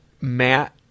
Matt